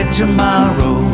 tomorrow